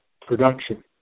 production